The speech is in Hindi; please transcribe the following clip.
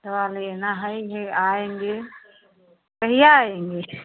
दवा लेना है ही है आएँगे कल ही या आएँगे